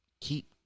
keep